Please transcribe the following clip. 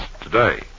today